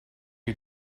you